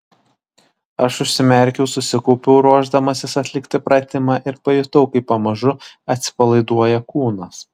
aš užsimerkiau susikaupiau ruošdamasis atlikti pratimą ir pajutau kaip pamažu atsipalaiduoja kūnas